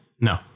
No